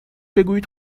بگویید